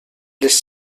les